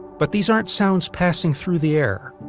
but these aren't sounds passing through the air.